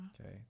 Okay